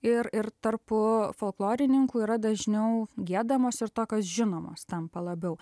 ir ir tarp folklorininkų yra dažniau giedamos ir tokios žinomos tampa labiau